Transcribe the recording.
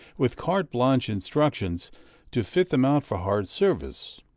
with carte blanche instructions to fit them out for hard service.